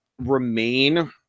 remain